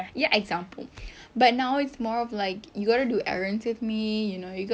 ya example like but now more of like you're gonna do errands with me you know you got